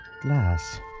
glass